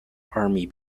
army